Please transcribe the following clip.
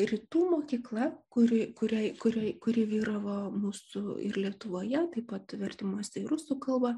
rytų mokykla kuri kuriai kuriai kuri vyravo mūsų ir lietuvoje taip pat vertimas į rusų kalbą